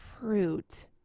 fruit